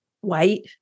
white